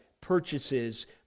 purchases